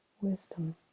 wisdom